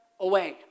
away